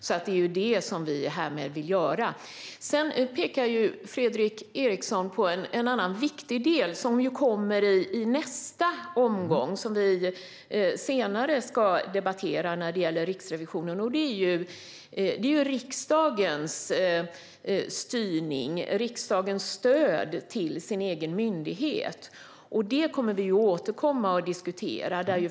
Därför vill vi göra detta. Sedan pekar Fredrik Eriksson på en annan viktig del när det gäller Riksrevisionen, som kommer i nästa omgång och som vi ska debattera senare. Det gäller riksdagens styrning och riksdagens stöd till sin egen myndighet. Det kommer vi att återkomma till och diskutera.